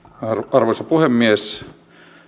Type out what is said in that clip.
arvoisa puhemies